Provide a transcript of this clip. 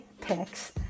Picks